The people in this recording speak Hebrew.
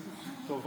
פרסם טיוטת צו